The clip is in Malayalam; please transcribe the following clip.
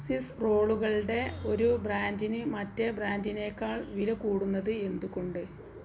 സ്വിസ് റോളുകളുടെ ഒരു ബ്രാൻഡിന് മറ്റേ ബ്രാൻഡിനേക്കാൾ വില കൂടുന്നത് എന്ത് കൊണ്ട്